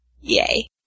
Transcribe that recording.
Yay